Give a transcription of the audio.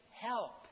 help